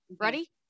Ready